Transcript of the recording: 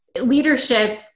Leadership